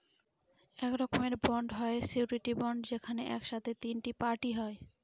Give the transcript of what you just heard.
এক রকমের বন্ড হয় সিওরীটি বন্ড যেখানে এক সাথে তিনটে পার্টি হয়